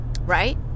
right